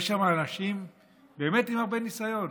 יש שם אנשים עם הרבה ניסיון.